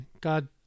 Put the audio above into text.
God